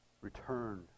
return